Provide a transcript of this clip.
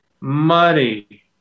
money